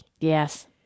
Yes